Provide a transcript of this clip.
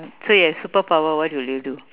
so you have superpower what will you do